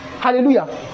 Hallelujah